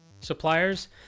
suppliers